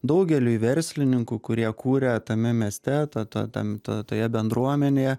daugeliui verslininkų kurie kuria tame mieste ta ta tam to toje bendruomenėje